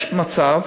יש מצב,